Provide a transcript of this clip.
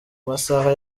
masaha